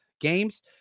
games